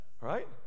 Right